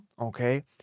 okay